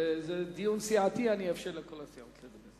וזה דיון סיעתי, אאפשר לכל הסיעות לדבר.